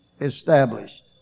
established